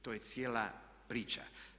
To je cijela priča.